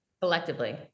Collectively